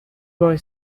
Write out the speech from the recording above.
boy